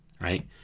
right